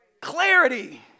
Clarity